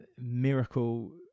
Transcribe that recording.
miracle